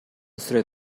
сүрөт